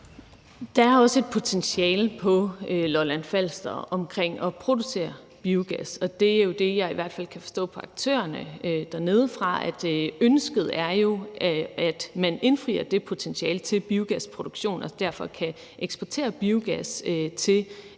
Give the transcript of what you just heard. Der er også et potentiale på Lolland-Falster omkring at producere biogas, og det, jeg i hvert fald kan forstå på aktørerne dernedefra, er, at ønsket er, at man indfrier det potentiale til biogasproduktion og derfor kan eksportere biogas til resten